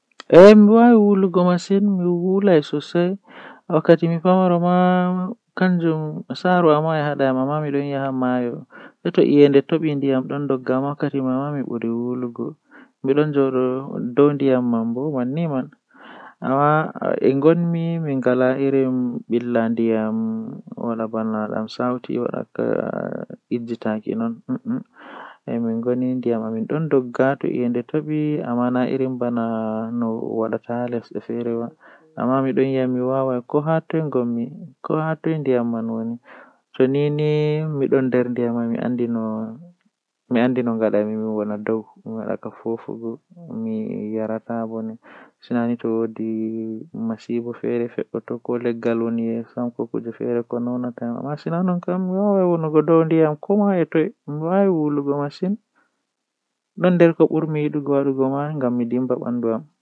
Wuluki nange be wakkati nange don laata caappan e nay e jweenay nden jemma bo don laata cappan e jweetati e didi feere e tati feere e nay.